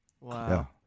wow